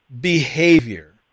behavior